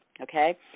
okay